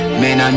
man